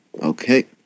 Okay